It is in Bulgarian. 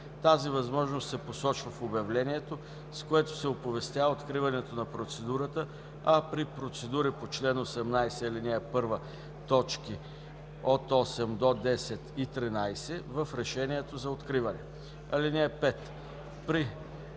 Тази възможност се посочва в обявлението, с което се оповестява откриването на процедурата, а при процедури по чл. 18, ал. 1, т. 8-10 и 13 – в решението за откриване. (5)